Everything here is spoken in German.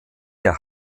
der